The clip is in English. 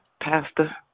Pastor